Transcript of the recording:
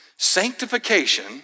sanctification